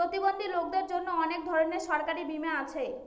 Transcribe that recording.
প্রতিবন্ধী লোকদের জন্য অনেক ধরনের সরকারি বীমা আছে